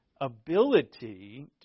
ability